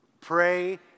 Pray